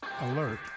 Alert